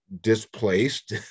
displaced